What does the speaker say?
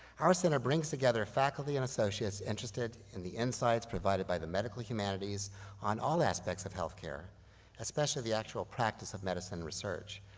our center brings together faculty and associates interested in the insights provided by the medical humanities on all aspects of healthcare especially the actual practice of medicine research.